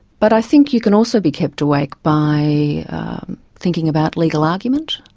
but i think you can also be kept awake by thinking about legal argument,